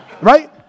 right